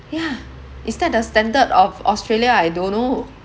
yeah is that the standard of australia I don't know